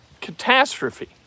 catastrophe